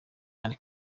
and